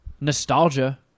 nostalgia